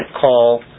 call